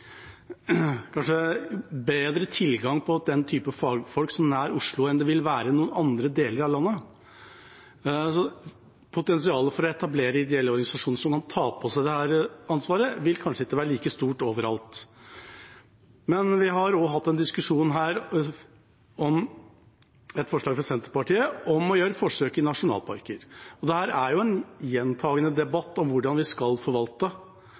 kanskje bedre tilgang på den typen fagfolk så nær Oslo enn det vil være i andre deler av landet. Potensialet for å etablere ideelle organisasjoner som kan ta på seg et slikt ansvar, vil kanskje ikke være like stort over alt. Men vi har også hatt en diskusjon om et forslag fra Senterpartiet om å gjøre forsøk i nasjonalparker. Det er en gjentakende debatt om hvordan vi skal forvalte,